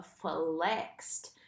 flexed